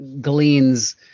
gleans